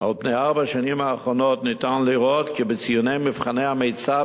על פני ארבע השנים האחרונות ניתן לראות כי במבחני ציוני המיצ"ב